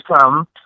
come